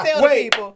wait